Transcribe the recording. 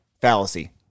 Fallacy